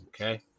Okay